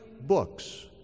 books